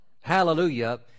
hallelujah